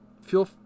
fuel